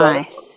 Nice